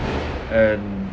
and